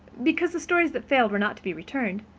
because the stories that failed were not to be returned,